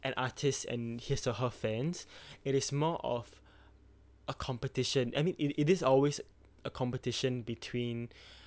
an artist and his or her fans it is more of a competition I mean it is always a competition between